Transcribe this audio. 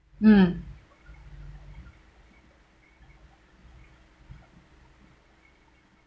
um